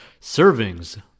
servings